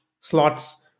slots